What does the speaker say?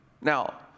Now